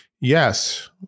Yes